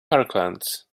parklands